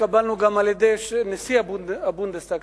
התקבלנו על-ידי נשיא הבונדסטאג,